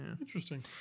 Interesting